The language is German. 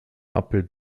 abbild